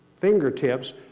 fingertips